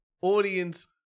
audience